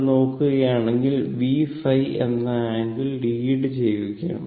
ഇവിടെ നോക്കുകയാണെങ്കിൽ V ϕ എന്ന ആംഗിൾ ലീഡ് ചെയ്യുകയാണ്